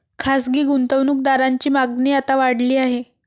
खासगी गुंतवणूक दारांची मागणी आता वाढली आहे